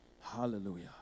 Hallelujah